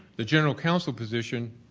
the general counsel position